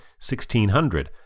1,600